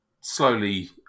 slowly